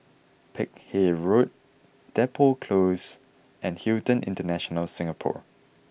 Peck Hay Road Depot Close and Hilton International Singapore